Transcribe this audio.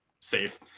safe